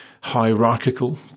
hierarchical